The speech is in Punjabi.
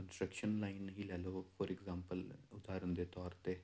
ਕੰਸਟਰਕਸ਼ਨ ਲਾਈਨ ਹੀ ਲੈ ਲਓ ਫੋਰ ਇੰਗਜ਼ਾਪਲ ਉਦਹਾਰਨ ਦੇ ਤੌਰ 'ਤੇ